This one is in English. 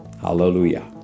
Hallelujah